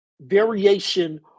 variation